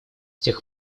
тех